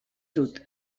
dut